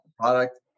product